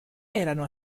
erano